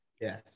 Yes